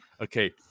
okay